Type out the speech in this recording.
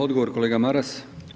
Odgovor kolega Maras.